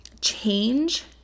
change